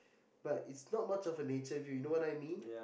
but is not much a nature view you know what I mean